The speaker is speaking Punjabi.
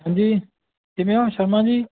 ਹਾਂਜੀ ਕਿਵੇਂ ਹੋ ਸ਼ਰਮਾ ਜੀ